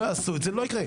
לא יעשו את זה, לא יקרה.